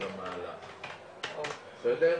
מה לעשות,